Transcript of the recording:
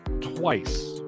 twice